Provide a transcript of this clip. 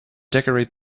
decorate